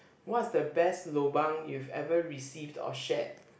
what's the best lobang you've ever received or shared